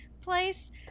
place